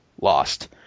lost